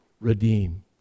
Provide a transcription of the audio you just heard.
redeem